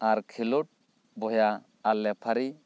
ᱟᱨ ᱠᱷᱮᱞᱳᱰ ᱵᱚᱭᱦᱟ ᱟᱨ ᱞᱮᱯᱷᱟᱨᱤ